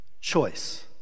choice